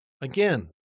Again